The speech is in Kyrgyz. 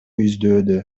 издөөдө